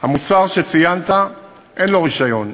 המוצר שציינת אין לו רישיון,